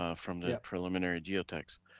ah from the preliminary geotechs.